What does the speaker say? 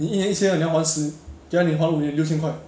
你一年一千二你要还十等一下你还五年六千块